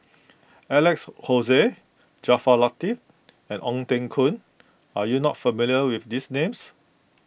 Alex Josey Jaafar Latiff and Ong Teng Koon are you not familiar with these names